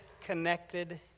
connected